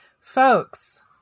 folks